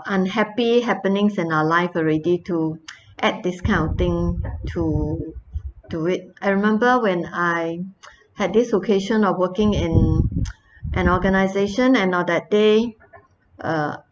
unhappy happenings in our life already to add this kind of thing to do it I remember when I had this occasion of working in an organisation and on that day uh